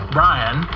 Brian